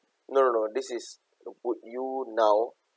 no no no this is the would you now